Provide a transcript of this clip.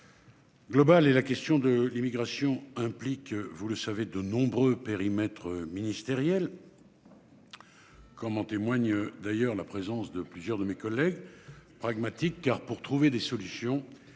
Global et la question de l'immigration, implique, vous le savez de nombreux périmètre ministériel.-- Comme en témoigne d'ailleurs la présence de plusieurs de mes collègues. Pragmatique car pour trouver des solutions,